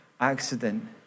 accident